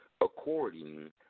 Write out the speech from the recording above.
according